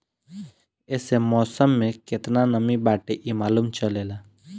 एसे मौसम में केतना नमी बाटे इ मालूम चलेला